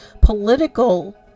political